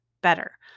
better